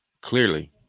clearly